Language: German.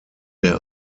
der